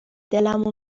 دلمو